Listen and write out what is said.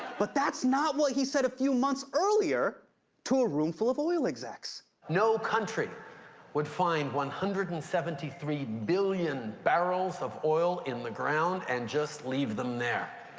but that's not what he said a few months earlier to a room full of oil execs. no country would find one hundred and seventy three billion barrels of oil in the ground and just leave them there.